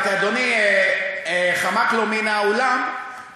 רק אדוני חמק לו מן האולם,